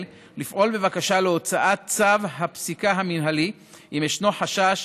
לפעול בבקשה להוצאת צו הפסקה מינהלי אם יש חשש